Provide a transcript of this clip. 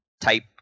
type